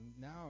now